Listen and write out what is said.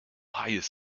highest